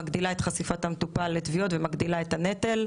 מגדילה את חשיפת המטופל לתביעות ומגדילה את הנטל.